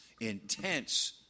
intense